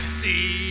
see